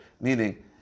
meaning